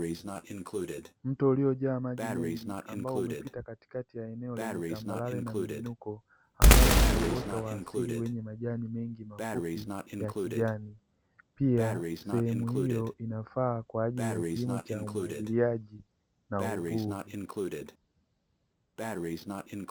Mto uliojaa maji mengi ambao umepita katikati ya eneo lenye tambarare na miinuko ambalo lina uoto wa asili wenye majani mengi mafupi yakijani. Pia, sehemu hio inafaa kwa ajili ya kilimo cha umwagiliaji na uvuvi.